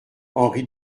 henri